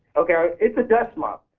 okay, it's a dust mop.